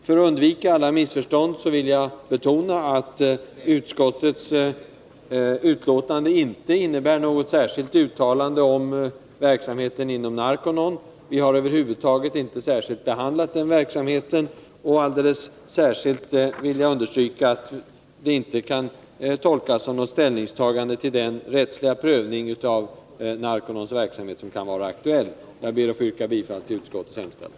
För att undvika alla missförstånd vill jag betona att utskottets betänkande inte innebär något särskilt uttalande om verksamheten inom Narconon. Vi har över huvud taget inte behandlat den verksamheten. Alldeles särskilt vill jag understryka att betänkandet inte kan tolkas som något ställningstagande till den rättsliga prövning av Narconons verksamhet som kan bli aktuell. Jag ber att få yrka bifall till utskottets hemställan.